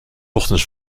ochtends